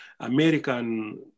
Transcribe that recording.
American